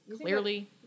clearly